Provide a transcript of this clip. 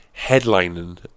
headlining